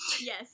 Yes